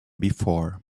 before